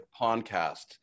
podcast